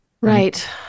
Right